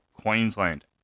Queensland